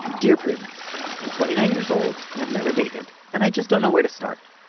dear prudence i'm twenty nine years old and i've never dated and i just don't know where to start.